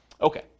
Okay